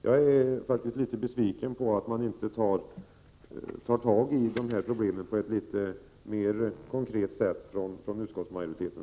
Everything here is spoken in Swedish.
Jag är besviken över att utskottsmajoriteten inte på ett mer konkret sätt tar tag i problemen.